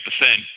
percent